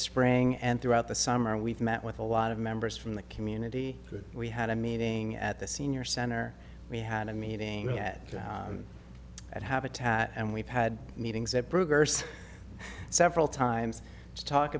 spring and throughout the summer we've met with a lot of members from the community we had a meeting at the senior center we had a meeting at habitat and we've had meetings at burgers several times to talk